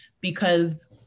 because-